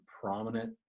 prominent